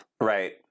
Right